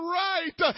right